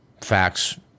facts